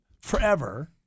forever